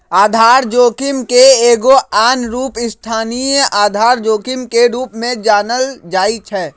आधार जोखिम के एगो आन रूप स्थानीय आधार जोखिम के रूप में जानल जाइ छै